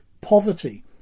poverty